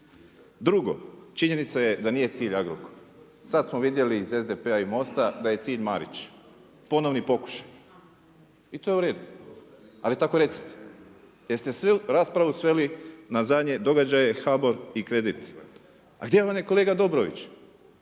Drugo, činjenica je da nije cilj Agrokor. Sad smo vidjeli iz SDP-a i MOST-a da je cilj Marić, ponovni pokušaj. I to je u redu. Ali tako recite, jer ste svu raspravu sveli na zadnje događanje HBOR i kredit. A gdje vam je kolega Dobrović?